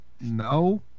No